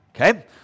Okay